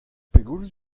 pegoulz